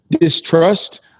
distrust